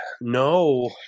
No